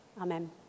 Amen